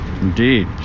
Indeed